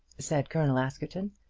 said colonel askerton.